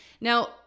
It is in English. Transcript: Now